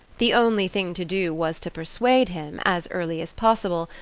the only thing to do was to persuade him, as early as possible,